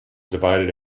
divided